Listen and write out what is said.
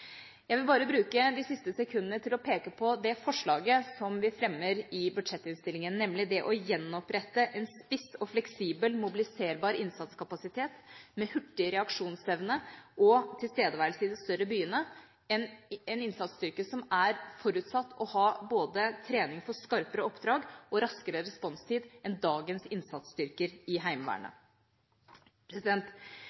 Jeg vil bruke de siste sekundene av min taletid til å peke på det forslaget som vi fremmer i budsjettinnstillingen, nemlig det å gjenopprette en spiss og fleksibel mobiliserbar innsatskapasitet med hurtig reaksjonsevne og tilstedeværelse i de større byene – en innsatsstyrke som er forutsatt å ha både trening for skarpere oppdrag og raskere responstid enn dagens innsatsstyrker i Heimevernet.